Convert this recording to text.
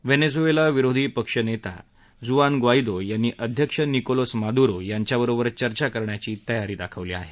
Venezuela विरोधी पक्ष नेता जुआन ग्वा झी यांनी अध्यक्ष निकोलस मादुरो यांच्याबरोबर चर्चा करण्याची तयारी दाखवली आहे